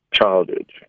childhood